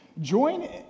Join